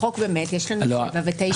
בחוק יש לנו באמת 9-7 שנים.